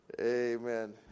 amen